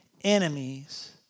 enemies